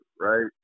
right